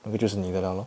那么就是你的了 lor